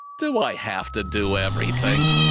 do i have to do everything!